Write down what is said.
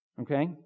Okay